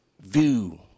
view